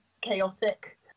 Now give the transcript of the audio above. chaotic